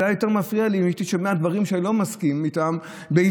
זה היה יותר מפריע לי אם הייתי שומע דברים שאני לא מסכים איתם בעברית.